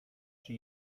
czy